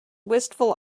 wistful